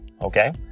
okay